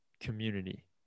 community